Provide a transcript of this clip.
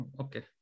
Okay